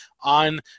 on